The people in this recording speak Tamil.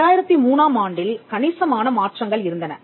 2003 ஆம் ஆண்டில் கணிசமான மாற்றங்கள் இருந்தன